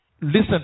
Listen